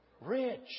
rich